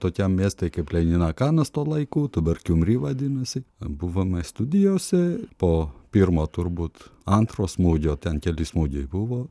tokiam mieste kaip leninakanas tuo laiku dabar kiumri vadinasi buvome studijose po pirmo turbūt antro smūgio ten keli smūgiai buvo